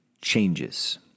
changes